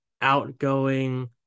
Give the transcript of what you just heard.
outgoing